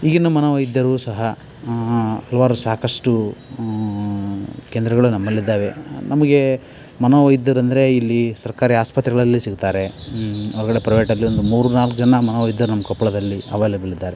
ಈಗಿನ ಮನೋವೈದ್ಯರು ಸಹ ಹಲವಾರು ಸಾಕಷ್ಟು ಕೇಂದ್ರಗಳು ನಮ್ಮಲ್ಲಿದ್ದಾವೆ ನಮಗೆ ಮನೋವೈದ್ಯರಂದರೆ ಇಲ್ಲಿ ಸರ್ಕಾರಿ ಆಸ್ಪತ್ರೆಗಳಲ್ಲಿ ಸಿಗ್ತಾರೆ ಹೊರಗಡೆ ಪ್ರೈವೇಟಲ್ಲಿ ಒಂದು ಮೂರುನಾಲ್ಕು ಜನ ಮನೋವೈದ್ಯರು ನಮ್ಮ ಕೊಪ್ಪಳದಲ್ಲಿ ಅವೈಲೇಬಲ್ ಇದ್ದಾರೆ